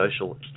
social